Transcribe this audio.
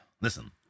Listen